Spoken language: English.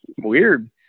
weird